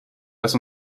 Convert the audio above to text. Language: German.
dass